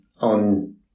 on